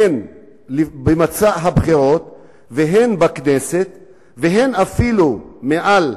הן במצע הבחירות והן בכנסת והן אפילו מעל